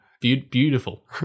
beautiful